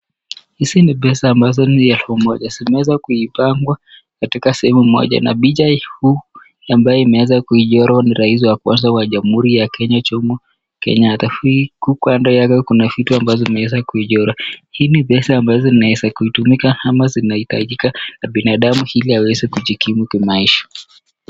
Hizi ni pesa ambazo ni elfu moja. Zimeweza kuipangwa katika sehemu moja na BJ hu ambaye imeweza kuijoro rais wa kwanza wa Jamhuri ya Kenya Chumo Kenya. Atafui kukwanda yaga kuna vitu ambazo imeweza kuijoro. Hii ni pesa ambazo zinaweza kuitumika ama zinahitajika na binadamu hili aweze kujikimu kimaisha.